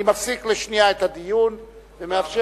אני מפסיק לשנייה את הדיון ומאפשר.